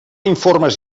informes